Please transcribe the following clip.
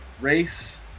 Race